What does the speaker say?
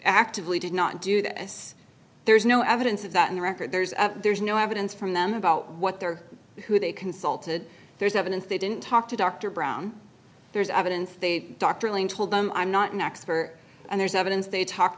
actively did not do this there's no evidence of that in the record there's there's no evidence from them about what they're who they consulted there's evidence they didn't talk to dr brown there's evidence the doctor told them i'm not an expert and there's evidence they talk